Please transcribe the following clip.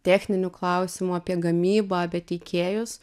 techninių klausimų apie gamybą apie teikėjus